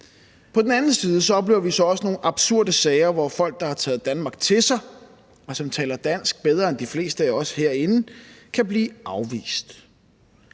På den anden side oplever vi så også nogle absurde sager, hvor folk, der har taget Danmark til sig, og som taler dansk bedre end de fleste af os herinde, kan blive afvist.